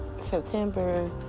September